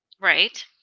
right